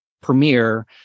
premiere